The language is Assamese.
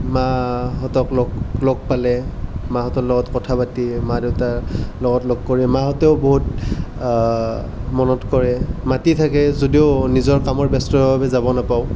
মাহঁতক লগ লগ পালে মাহঁতৰ লগত কথা পাতি মা দেউতাৰ লগত লগ কৰি মাহঁতেও বহুত মনত কৰে মাতি থাকে যদিও নিজৰ কামৰ ব্যস্ত বাবে যাব নেপাওঁ